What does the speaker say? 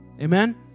Amen